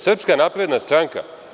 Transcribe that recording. Srpska napredna stranka?